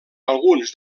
alguns